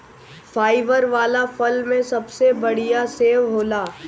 fibre वाला फल में सबसे बढ़िया सेव होला